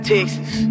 Texas